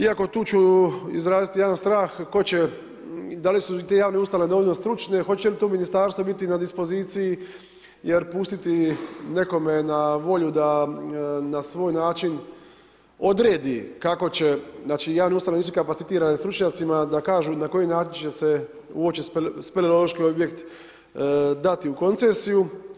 Iako tu ću izraziti jedan strah, tko će, da li su te javne ustanove dovoljne stručne, hoće li to ministarstvo biti na dispoziciji, jer pustiti nekome na volju da na svoj način odredi kako će, znači jedan … visoki kapacitirani stručnjacima, da kažu na koji način će se uoči speleološki objekt dati u koncesiju.